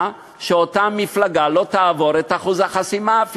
שאותה מפלגה לא תעבור את אחוז החסימה,